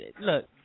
Look